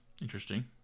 Interesting